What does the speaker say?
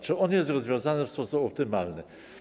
Czy on jest rozwiązany w sposób optymalny?